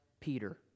Peter